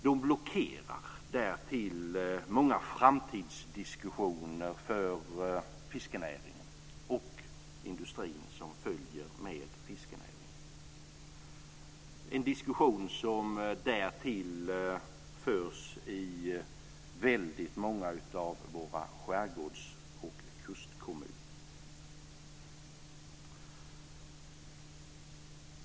De blockerar därtill många framtidsdiskussioner för fiskenäringen och den industri som följer med fiskenäringen. Det är en diskussion som därtill förs i väldigt många av våra skärgårds och kustkommuner.